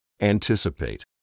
Anticipate